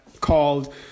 called